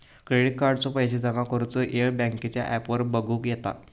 credit कार्डाचो पैशे जमा करुचो येळ बँकेच्या ॲपवर बगुक येता